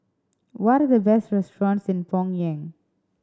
what the best restaurants in Pyongyang